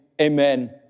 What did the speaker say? Amen